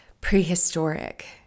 prehistoric